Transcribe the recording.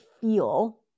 feel